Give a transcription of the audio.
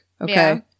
Okay